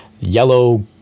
yellow